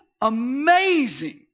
amazing